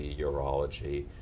urology